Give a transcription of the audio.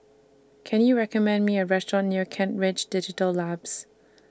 Can YOU recommend Me A Restaurant near Kent Ridge Digital Labs